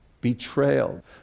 betrayal